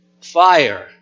fire